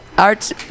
Art